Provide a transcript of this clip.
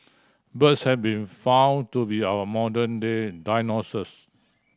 birds have been found to be our modern day dinosaurs